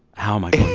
how am i